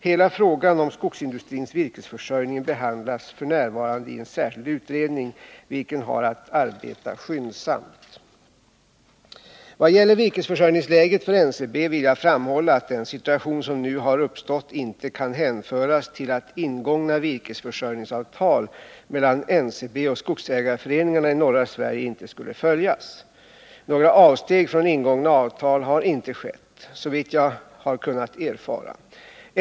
Hela frågan om skogsindustrins virkesförsörjning behandlas f.n. i särskild utredning, vilken har att arbeta skyndsamt. Vad gäller virkesförsörjningsläget för NCB vill jag framhålla att den situation som nu har uppstått inte kan hänföras till att ingångna virkesförsörjningsavtal mellan NCB och skogsägarföreningarna i norra Sverige inte skulle följas. Några avsteg från ingångna avtal har inte skett, såvitt jag har kunnat erfara.